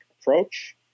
approach